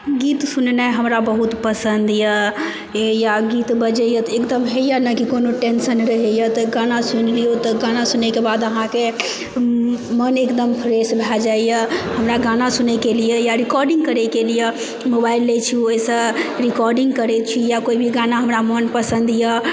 गीत सुननाइ हमरा बहुत पसंद यऽआ गीत बजैए तऽ एकदम होइए नहि कि कोनो टेंशन रहए गाना सुनि लिऔ तऽगाना सुनएके बाद अहाँकेँ मन एकदम फ्रेश भए जाइए हमरा गाना सुनएके लिए या रिकॉर्डिंग करएके लिए मोबाइल लए छी ओहिसँ रिकॉर्डिंग करए छी या कोइ भी गाना हमरा हमरा मनपसंद यऽ